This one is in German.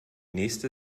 nächste